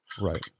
Right